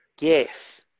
Yes